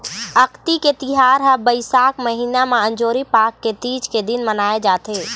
अक्ती के तिहार ह बइसाख महिना म अंजोरी पाख के तीज के दिन मनाए जाथे